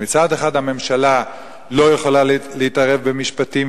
שמצד אחד הממשלה לא יכולה להתערב במשפטים,